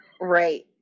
Right